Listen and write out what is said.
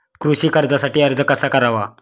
कृषी कर्जासाठी अर्ज कसा करावा?